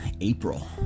April